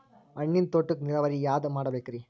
ಹಣ್ಣಿನ್ ತೋಟಕ್ಕ ನೀರಾವರಿ ಯಾದ ಮಾಡಬೇಕ್ರಿ?